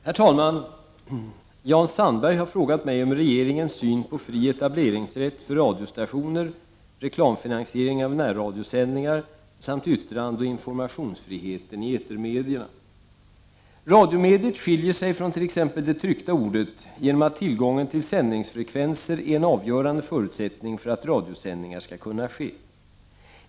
Herr talman! Jan Sandberg har frågat mig om regeringens syn på fri etableringsrätt för radiostationer, reklamfinansiering av närradiosändningar samt yttrandeoch informationsfriheten i etermedierna. Radiomediet skiljer sig från t.ex. det tryckta ordet genom att tillgången till sändningsfrekvenser är en avgörande förutsättning för att radiosändningar skall kunna ske.